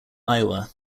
iowa